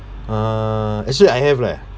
uh actually I have leh